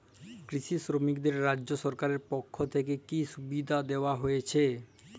কৃষি শ্রমিকদের রাজ্য সরকারের পক্ষ থেকে কি কি সুবিধা দেওয়া হয়েছে?